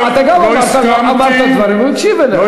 אתה גם אמרת דברים והוא הקשיב למה שאתה אומר.